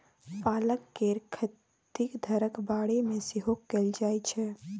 पालक केर खेती घरक बाड़ी मे सेहो कएल जाइ छै